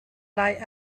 lai